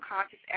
conscious